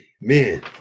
man